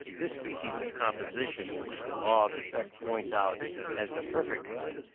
this species of composition which the law of effect points out as the perfect one,